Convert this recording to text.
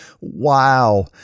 wow